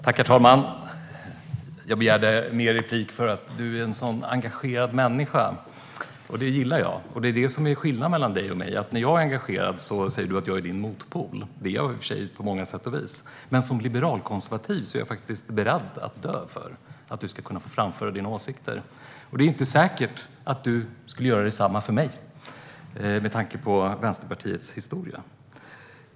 Herr talman! Jag begärde replik mest för att du, Daniel Sestrajcic, är en sådan engagerad människa. Det gillar jag, och det är detta som är skillnaden mellan dig och mig. När jag är engagerad säger du att jag är din motpol, vilket jag på många sätt och vis också är. Men som liberalkonservativ är jag faktiskt beredd att dö för att du ska kunna få framföra dina åsikter. Det är inte säkert att du skulle göra detsamma för mig, med tanke på Vänsterpartiets historia.